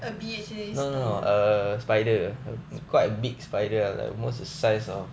a bee stung ah